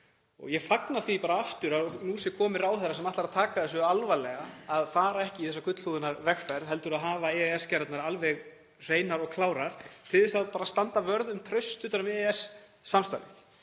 Ég fagna því bara aftur að nú sé kominn ráðherra sem ætlar að taka þessu alvarlega, að fara ekki í þessa gullhúðunarvegferð heldur að hafa EES-gerðirnar alveg hreinar og klárar til þess að standa vörð um traust á EES-samstarfinu.